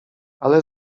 ale